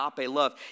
love